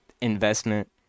investment